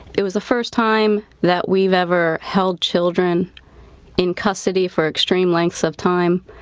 it was the first time that we've ever held children in custody for extreme lengths of time.